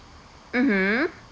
mmhmm